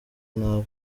nabi